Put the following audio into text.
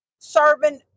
serving